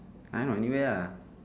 I know anywhere ah